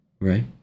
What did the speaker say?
right